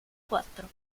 quattro